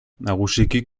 nagusiki